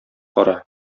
кара